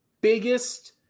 biggest